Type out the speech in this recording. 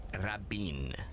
Rabin